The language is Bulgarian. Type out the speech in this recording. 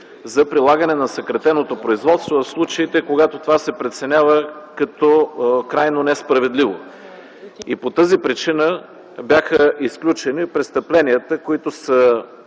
за прилагане на съкратеното производство в случаите, когато това се преценява като крайно несправедливо. По тази причина бяха изключени престъпленията, които са